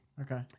okay